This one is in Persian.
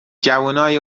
جوونای